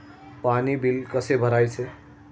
पाणी बिल कसे भरायचे?